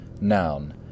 noun